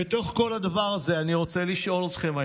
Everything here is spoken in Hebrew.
בתוך כל הדבר הזה אני רוצה לשאול אתכם היום,